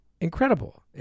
incredible